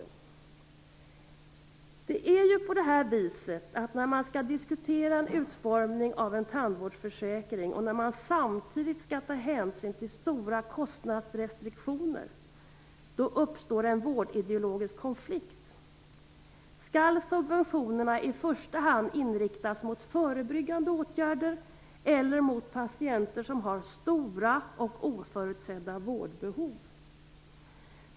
När man skall diskutera en utformning av en tandvårdsförsäkring och samtidigt ta hänsyn till stora kostnadsrestriktioner uppstår det en vårdideologisk konflikt. Skall subventionerna i första hand inriktas mot förebyggande åtgärder eller mot patienter som har stora och oförutsedda vårdbehov?